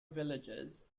villages